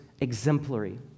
exemplary